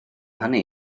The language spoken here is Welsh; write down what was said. hynny